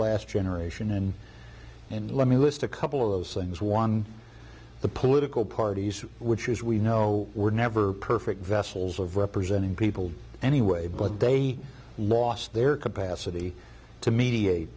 last generation and and let me list a couple of those things one the political parties which as we know were never perfect vessels of representing people anyway but they lost their capacity to mediate